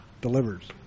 delivers